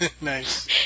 Nice